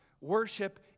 worship